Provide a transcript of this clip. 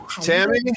tammy